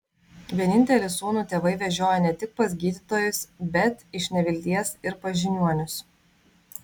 vienintelį sūnų tėvai vežiojo ne tik pas gydytojus bet iš nevilties ir pas žiniuonius